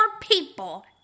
people